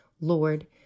Lord